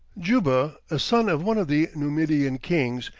juba, a son of one of the numidian kings,